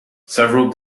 several